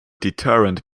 deterrent